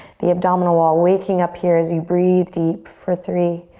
the abdominal wall waking up here as you breathe deep for three,